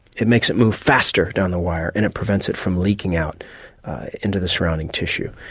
it makes it move faster down the wire and it prevents it from leaking out into the surrounding tissue.